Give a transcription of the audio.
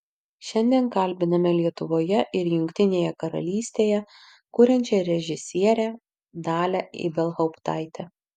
šiandien kalbiname lietuvoje ir jungtinėje karalystėje kuriančią režisierę dalią ibelhauptaitę